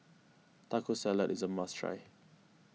Taco Salad is a must try